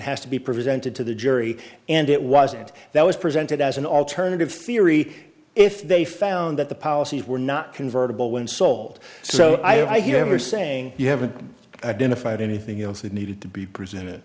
has to be presented to the jury and it wasn't that was presented as an alternative theory if they found that the policies were not convertible when sold so i have are saying you haven't identified anything else that needed to be presented